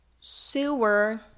sewer